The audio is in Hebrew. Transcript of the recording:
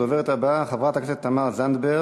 הדוברת הבאה, חברת הכנסת תמר זנדברג,